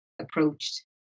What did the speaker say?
approached